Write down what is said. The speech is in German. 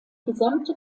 gesamte